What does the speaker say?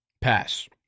Pass